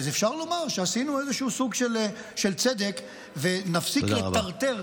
אפשר לומר שעשינו איזשהו סוג של צדק ונפסיק לטרטר